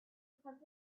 covered